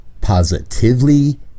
positively